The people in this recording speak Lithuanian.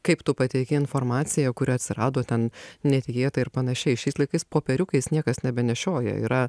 kaip tu pateiki informaciją kuri atsirado ten netikėtai ir panašiai šiais laikais popieriukais niekas nebenešioja yra